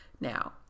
now